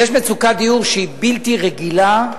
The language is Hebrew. יש מצוקת דיור, שהיא בלתי רגילה,